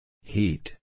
Heat